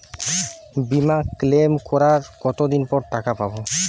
বিমা ক্লেম করার কতদিন পর টাকা পাব?